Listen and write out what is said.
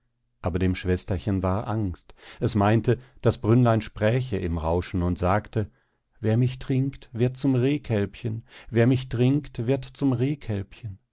aber dem schwesterchen war angst es meinte das brünnlein spräche im rauschen und sagte wer mich trinkt wird zum rehkälbchen wer mich trinkt wird zum